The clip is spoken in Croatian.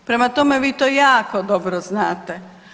Prema tome, vi to jako dobro znate.